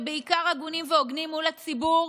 ובעיקר הגונים והוגנים מול הציבור,